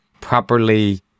properly